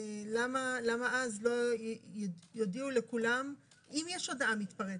למה אז לא יודיעו לכולם, אם יש הודעה מתפרצת?